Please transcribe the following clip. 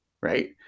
right